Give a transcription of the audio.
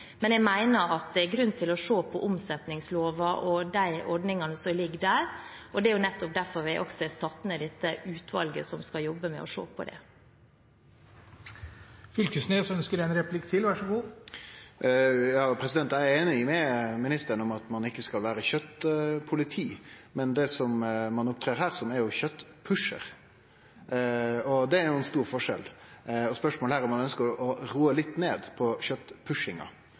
å se på omsetningsloven og de ordningene som ligger der. Det er nettopp derfor vi også har satt ned et utvalg som skal jobbe med å se på det. Eg er einig med ministeren i at vi ikkje skal vere kjøtpoliti, men det ein opptrer som her, er kjøtpushar. Det er ein stor forskjell. Spørsmålet her er om ein ønskjer å roe kjøtpushinga litt ned.